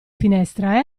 finestra